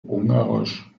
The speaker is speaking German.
ungarisch